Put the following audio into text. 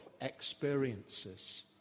experiences